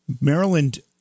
Maryland